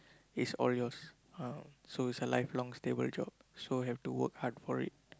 is all yours ah so it's a lifelong stable job so have to work hard for it